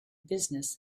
business